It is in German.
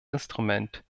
instrument